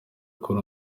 cool